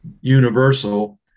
universal